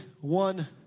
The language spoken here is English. one